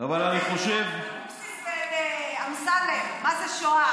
ילמד את אבקסיס ואת אמסלם מה זה שואה.